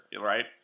right